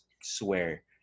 swear